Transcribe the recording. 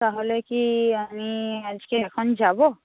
তাহলে কি আমি আজকে এখন যাব